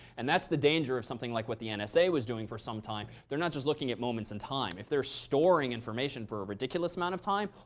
and that's the danger of something like what the and nsa was doing for some time. they're not just looking at moments in time. if they're storing information for a ridiculous amount of time,